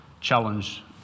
challenge